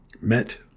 met